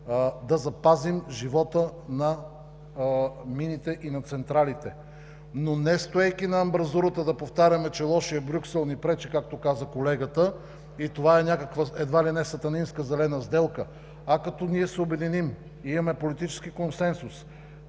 да запазим живота на мините и на централите, но не стоейки на амбразурата да повтаряме, че лошият Брюксел ни пречи, както каза колегата, и това е някаква едва ли не сатанинска Зелена сделка, а като се обединим и имаме политически консенсус